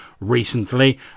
recently